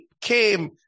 came